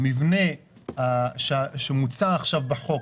על פי המבנה שמוצע עכשיו בהצעת החוק,